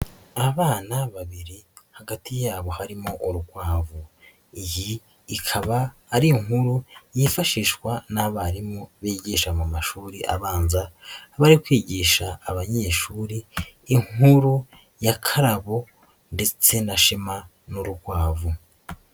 Abana babiri hagati yabo harimo urukwavu, iyi ikaba ari inkuru yifashishwa n'abarimu bigisha mu mashuri abanza bari kwigisha abanyeshuri inkuru ya Kararabo ndetse na Shema n'urukwavu.